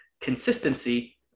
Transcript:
Consistency